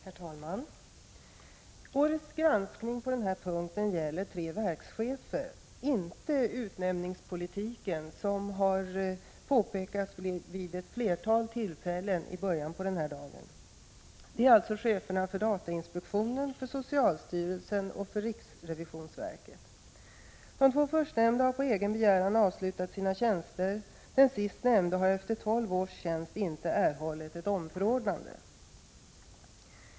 Herr talman! Årets granskning på den här punkten gäller tre verkschefer — inte utnämningspolitiken, vilket har påpekats vid ett flertal tillfällen i början på den här dagen. Det gäller alltså cheferna för datainspektionen, socialstyrelsen och riksrevisionsverket. De två förstnämnda har på egen begäran slutat sina tjänster. Den sist nämnde har efter tolv års tjänst inte erhållit ett omförordnande.